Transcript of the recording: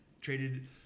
traded